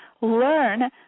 learn